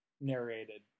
narrated